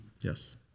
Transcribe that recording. Yes